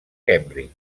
cambridge